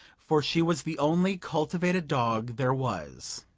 for she was the only cultivated dog there was.